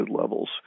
levels